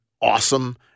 awesome